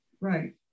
Right